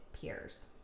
peers